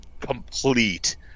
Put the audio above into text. complete